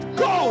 go